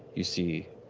you see